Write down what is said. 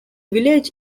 village